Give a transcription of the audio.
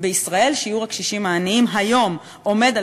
בישראל שיעור הקשישים העניים היום עומד על